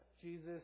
Jesus